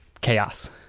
chaos